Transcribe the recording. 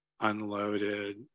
unloaded